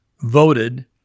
voted